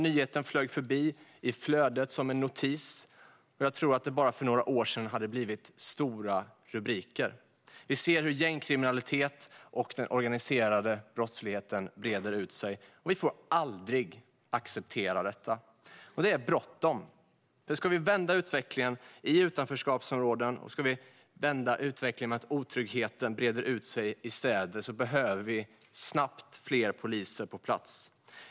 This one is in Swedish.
Nyheten flög förbi i flödet som en notis, men jag tror att det för bara några år sedan hade blivit stora rubriker. Vi ser hur gängkriminalitet och den organiserade brottsligheten breder ut sig, och vi får aldrig acceptera detta. Det är bråttom. Om vi ska vända utvecklingen i utanförskapsområden, och om vi ska vända utvecklingen med att otryggheten breder ut sig i städer, behöver vi snabbt fler poliser på plats.